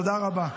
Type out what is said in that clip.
תודה רבה.